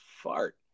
fart